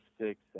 six